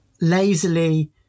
lazily